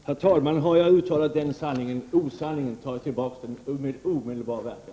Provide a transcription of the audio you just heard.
Herr talman! Har jag uttalat den osanningen tar jag tillbaka den med omedelbar verkan.